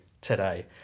today